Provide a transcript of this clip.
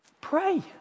Pray